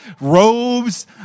robes